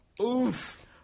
Oof